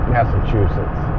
Massachusetts